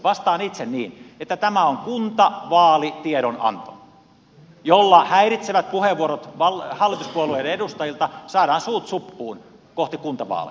vastaan itse niin että tämä on kuntavaalitiedonanto jolla häiritseviä puheenvuoroja käyttäviltä hallituspuolueiden edustajilta saadaan suut suppuun kohti kuntavaaleja